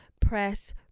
press